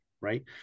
right